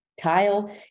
tile